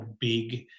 big